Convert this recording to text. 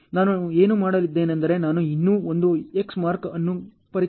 ನಾನು ಏನು ಮಾಡಲಿದ್ದೇನೆಂದರೆ ನಾನು ಇನ್ನೂ ಒಂದು X ಮಾರ್ಕ್ ಅನ್ನು ಪರಿಚಯಿಸಿದ್ದೇನೆ